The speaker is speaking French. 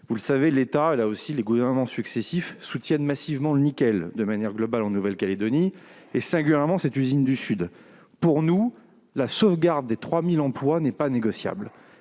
Vous le savez, les gouvernements successifs ont soutenu massivement le nickel de manière globale en Nouvelle-Calédonie, et singulièrement l'usine du Sud. Pour nous, la sauvegarde des 3 000 emplois n'est pas négociable.